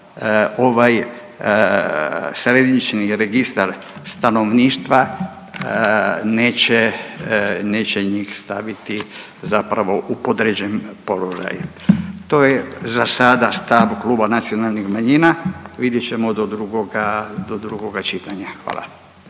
ovaj Središnji registar stanovništva neće njih staviti zapravo u podređen položaj. To je za sada stav Kluba nacionalnih manjina, vidjet ćemo do drugoga čitanja. Hvala.